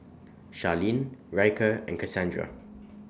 Sharlene Ryker and Cassandra